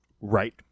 Right